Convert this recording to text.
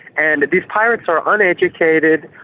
and these pirates are uneducated,